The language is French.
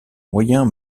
moyen